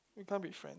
we can't be friend